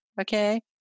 okay